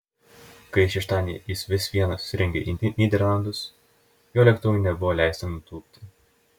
kai šeštadienį jis vis viena susirengė į nyderlandus jo lėktuvui nebuvo leista nutūpti